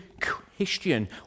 Christian